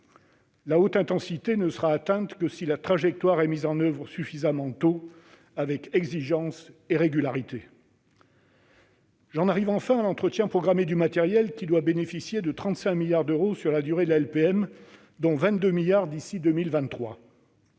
La haute intensité ne sera atteinte que si la trajectoire est mise en oeuvre suffisamment tôt, avec exigence et régularité. J'en arrive à l'entretien programmé des matériels (EPM), qui doit bénéficier de 35 milliards d'euros sur la durée de la LPM, dont 22 milliards d'euros